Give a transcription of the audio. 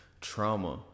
trauma